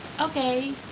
okay